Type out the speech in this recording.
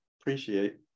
appreciate